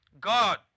God